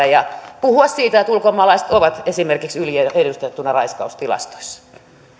ja puhua siitä että ulkomaalaiset ovat esimerkiksi yliedustettuina raiskaustilastoissa